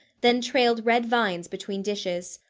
then trailed red vines between dishes.